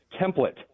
template